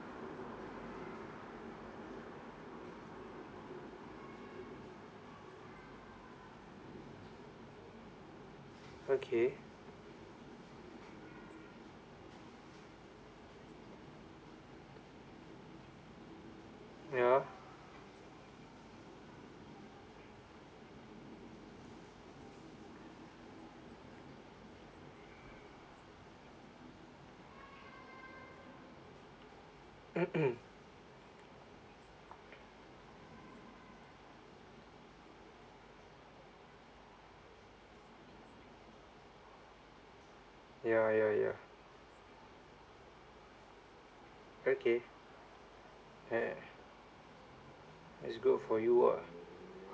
okay ya ya ya ya okay eh that's good for you ah